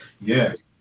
yes